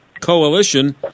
Coalition